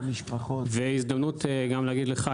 זו הזדמנות גם להגיד לך,